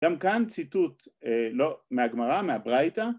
‫גם כאן ציטוט מהגמרא, מהבראיטה.